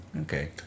okay